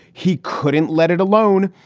he couldn't let it alone.